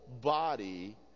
body